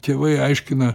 tėvai aiškina